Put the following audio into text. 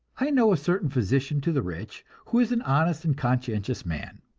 i know a certain physician to the rich, who is an honest and conscientious man.